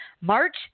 March